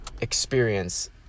experience